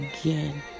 again